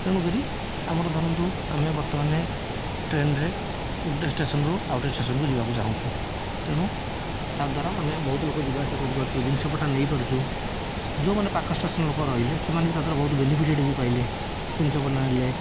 ତେଣୁକରି ଆମର ଧରନ୍ତୁ ଆମେ ବର୍ତ୍ତମାନେ ଟ୍ରେନରେ ଗୋଟେ ଷ୍ଟେସନରୁ ଆଉ ଗୋଟେ ଷ୍ଟେସନକୁ ଯିବାକୁ ଚାହୁଁଛୁ ତେଣୁ ତାଦ୍ୱାରା ଆମେ ବହୁତ ଲୋକ ଯିବା ଆସିବା କରିପାରୁଛୁ ଜିନିଷପଟା ନେଇପାରୁଛୁ ଯୋଉମାନେ ପାଖ ଷ୍ଟେସନ ଲୋକ ରହିଲେ ସେମାନେ ବି ତା ଦ୍ୱାରା ବହୁତ ବେନିଫିଟେଡ୍ ବି ପାଇଲେ ଜିନିଷପଟା ନେଲେ